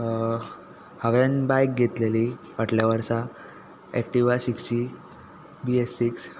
हांवेंन बायक घेतलेली फाटल्या वर्सा Activa six G B S six